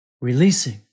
releasing